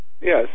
Yes